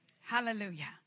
Hallelujah